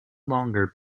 longer